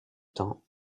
temps